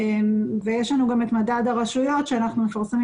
יש לנו גם את מדד הרשויות שאנחנו מפרסמים